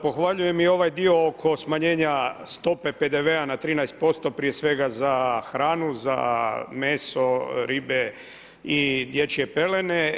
Pohvaljujem i ovaj dio oko smanjenja stope PDV-a na 13% prije svega za hranu, za meso, ribe i dječje pelene.